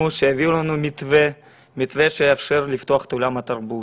שיביאו לנו מתווה שיאפשר לפתוח את עולם התרבות,